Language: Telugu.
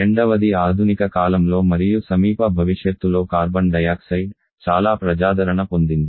రెండవది ఆధునిక కాలంలో మరియు సమీప భవిష్యత్తులో కార్బన్ డయాక్సైడ్ చాలా ప్రజాదరణ పొందింది